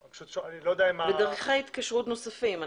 ודרכי התקשרות נוספים.